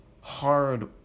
hard